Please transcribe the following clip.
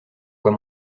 quoi